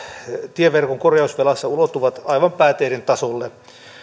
tieverkon korjausvelassa ulottuvat aivan pääteiden tasolle